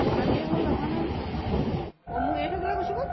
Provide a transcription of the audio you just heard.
ইমান দেৰি হ'ল অহা নাই যে অঁ মোক এৰি থৈ কেলৈ গুচি গ'ল